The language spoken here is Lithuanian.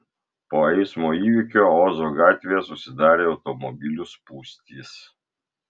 po eismo įvykio ozo gatvėje susidarė automobilių spūstys